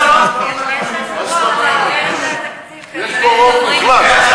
האמת היא, מה זאת אומרת, יש פה רוב מוחלט.